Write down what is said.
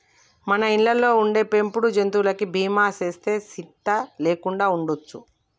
మన ఇళ్ళలో ఉండే పెంపుడు జంతువులకి బీమా సేస్తే సింత లేకుండా ఉండొచ్చు